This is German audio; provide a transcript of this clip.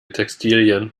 textilien